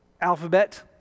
alphabet